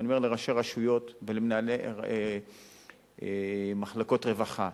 ואני אומר לראשי רשויות ולמנהלי מחלקות רווחה: